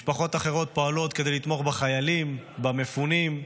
משפחות אחרות פועלות כדי לתמוך בחיילים, במפונים.